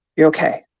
you're ok.